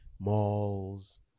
malls